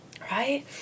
right